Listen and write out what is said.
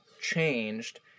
changed